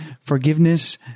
forgiveness